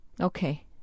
Okay